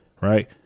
Right